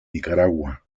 nicaragua